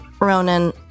Ronan